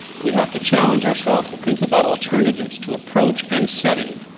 we have to challenge ourselves to think about alternatives to approach and setting.